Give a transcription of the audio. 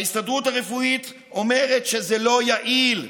ההסתדרות הרפואית אומרת שזה לא יעיל: